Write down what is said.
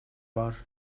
var